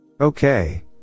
Okay